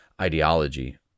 ideology